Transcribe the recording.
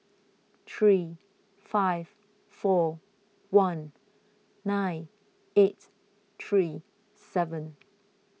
three five four one nine eight three seven